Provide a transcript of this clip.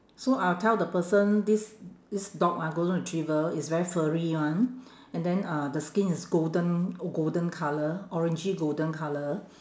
so I'll tell the person this this dog ah golden retriever is very furry one and then uh the skin is golden g~ golden colour orangey golden colour